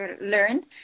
learned